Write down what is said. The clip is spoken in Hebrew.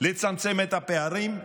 לצמצם את הפערים,